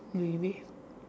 maybe